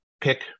Pick